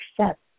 accept